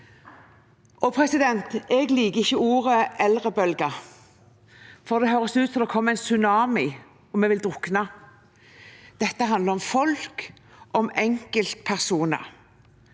kommuner. Jeg liker ikke ordet eldrebølgen, for det høres ut som det kommer en tsunami, og at vi vil drukne. Dette handler om folk – om enkeltpersoner.